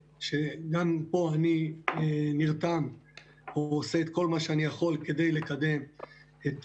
שגם פה אני נרתם ועושה את כל מה שאני יכול כדי לקדם את